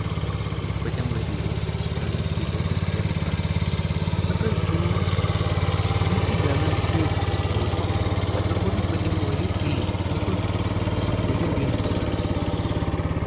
یُس پٔتِم ؤری اوس بیلَنس شیٖٹ اوس اَسہِ تَمیُک کَڈُن مےٚ کٔر کٲم مےٚ یِتھُے بیلَنس شیٖٹ کوٚڈ مےٚ کوٚڈ نہٕ پٔتِم ؤریہِ کِہیٖنٛۍ مےٚ کوٚڈ پانٛژھ ؤری برٛوٗنٛہِم بیلَنس شیٖٹ